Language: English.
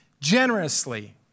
generously